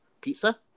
Pizza